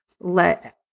let